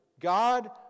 God